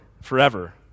forever